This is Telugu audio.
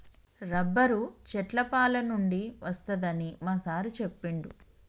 రబ్బరు చెట్ల పాలనుండి వస్తదని మా సారు చెప్పిండు